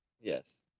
Yes